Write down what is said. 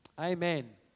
Amen